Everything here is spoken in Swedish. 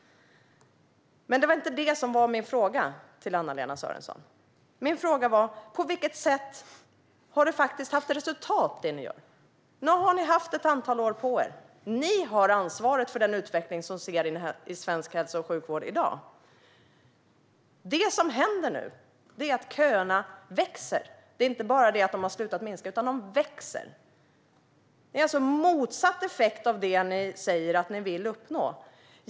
Men det var inte detta som var min fråga till Anna-Lena Sörenson. Min fråga var: På vilket sätt har det ni gör gett resultat? Nu har ni haft ett antal år på er. Ni har ansvaret för den utveckling som vi ser i svensk hälso och sjukvård i dag. Det som händer nu är att köerna växer - de har inte bara slutat att minska, utan de växer. Effekten är alltså motsatsen till det ni säger att ni vill uppnå.